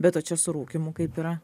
bet o čia su rūkymu kaip yra